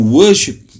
worship